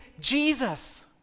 jesus